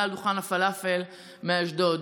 בעל דוכן הפלאפל מאשדוד.